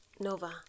Nova